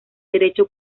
derecho